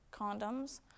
condoms